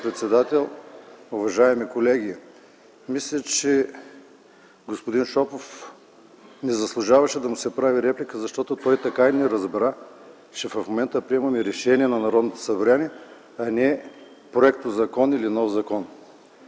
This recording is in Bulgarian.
(КБ): Уважаеми колеги, мисля, че господин Шопов не заслужаваше да му се прави реплика, защото той така и не разбра, че в момента приемаме решение на Народното събрание, а не законопроект.